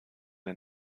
der